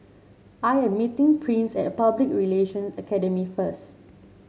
I am meeting Prince at Public Relation Academy first